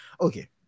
Okay